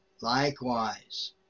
likewise